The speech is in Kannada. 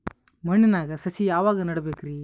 ಮಣ್ಣಿನಾಗ ಸಸಿ ಯಾವಾಗ ನೆಡಬೇಕರಿ?